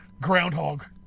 groundhog